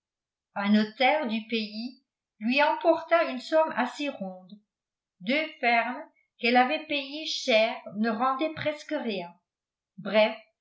un notaire du pays lui emporta une somme assez ronde deux fermes qu'elle avait payées cher ne rendaient presque rien bref